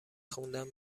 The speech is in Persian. خوندن